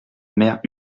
mère